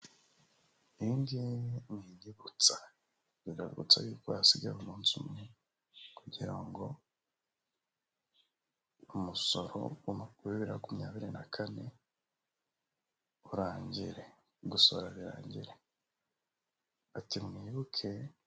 Iyo ngiyi ni inyibutsa, irabibutsa yuko hasigaye umunsi umwe kugira ngo umusoro wa bibiri na makumyabiri na kane urangire, gusora birangire, ati mwibuke.